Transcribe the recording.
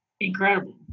incredible